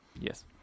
Yes